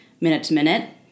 minute-to-minute